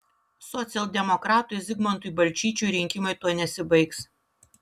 socialdemokratui zigmantui balčyčiui rinkimai tuo nesibaigs